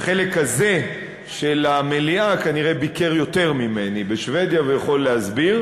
החלק הזה של המליאה כנראה ביקר יותר ממני בשבדיה והוא יכול להסביר.